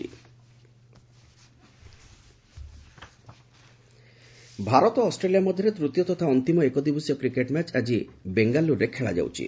cricket ODI Bharat ଓ Australia ମଧ୍ୟରେ ତୃତୀୟ ତଥା ଅନ୍ତିମ ଏକଦିବସୀୟ କ୍ରିକେଟ୍ ମ୍ୟାଚ୍ ଆଜି ବେଙ୍ଗାଲ୍ବର୍ରେ ଖେଳାଯାଉଛି